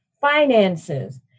finances